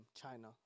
China